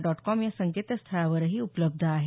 dot com या संकेतस्थळावरही उपलब्ध आहे